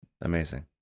amazing